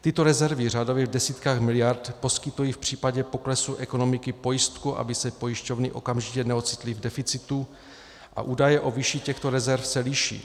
Tyto rezervy řádově v desítkách miliard poskytují v případě poklesu ekonomiky pojistku, aby se pojišťovny okamžitě neocitly v deficitu, a údaje o výši těchto rezerv se liší.